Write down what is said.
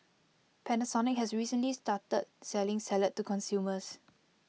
Panasonic has recently started selling salad to consumers